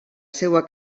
seva